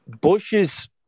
Bush's